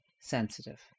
sensitive